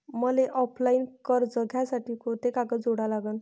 मले ऑफलाईन कर्ज घ्यासाठी कोंते कागद जोडा लागन?